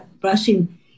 brushing